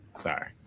sorry